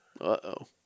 Uh-oh